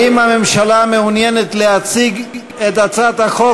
האם הממשלה מעוניינת להציג את הצעת החוק